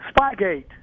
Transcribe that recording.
spygate